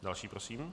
Další prosím.